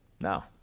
No